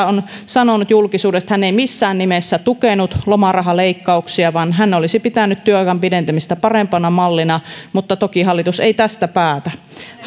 on sanonut julkisuudessa että hän ei missään nimessä tukenut lomarahaleikkauksia vaan hän olisi pitänyt työajan pidentämistä parempana mallina mutta toki hallitus ei tästä päätä